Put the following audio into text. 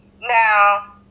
Now